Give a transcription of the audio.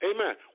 Amen